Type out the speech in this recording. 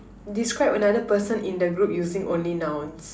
describe another person in the group using only nouns